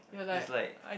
it's like